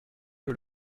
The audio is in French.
que